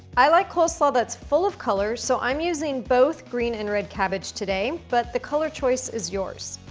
i like coleslaw that's full of color, so i'm using both green and red cabbage today. but the color choice is yours.